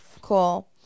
Cool